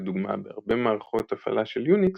לדוגמה בהרבה מערכות הפעלה של יוניקס,